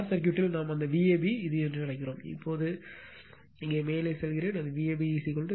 circuit ல் நாம் அந்த Vab இது என்று அழைக்கிறோம் இங்கே மேலே செல்கிறேன் அது Vab V AB